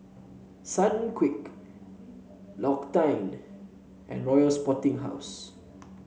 Sunquick L'Occitane and Royal Sporting House